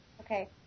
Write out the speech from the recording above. Okay